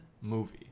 movie